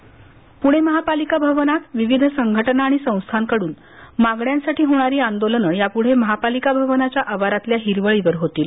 पूणे महापालिका भवनात विविध संघटना आणि संस्थांकडून मागण्यांसाठी होणारी आंदोलनं यापूढे महापालिका भवनाच्या आवारातल्या हिरवळीवर होतील